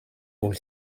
would